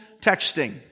texting